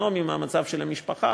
הסוציו-אקונומי ומה המצב של המשפחה.